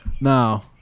No